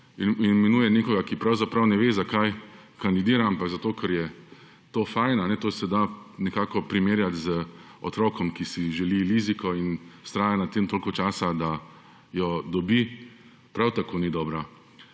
imenuje nekoga, ki pravzaprav ne ve, zakaj kandidira, ampak zato, ker je to fajn, kajne, to se da nekako primerjat z otrokom, ki si želi liziko in vztraja na tem toliko časa, da jo dobi, prav tako ni dobra